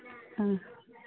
हाँ